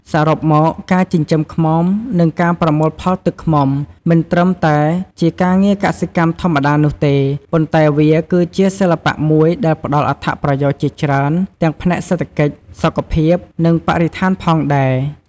សរុបមក ការចិញ្ចឹមឃ្មុំ និងការប្រមូលផលទឹកឃ្មុំ មិនត្រឹមតែជាការងារកសិកម្មធម្មតានោះទេ ប៉ុន្តែវាគឺជាសិល្បៈមួយដែលផ្តល់អត្ថប្រយោជន៍ជាច្រើនទាំងផ្នែកសេដ្ឋកិច្ច សុខភាព និងបរិស្ថានផងដែរ។